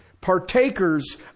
partakers